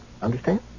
Understand